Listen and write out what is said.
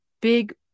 big